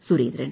Surendran